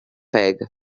eggs